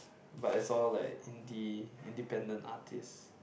but it's all like indie independent artists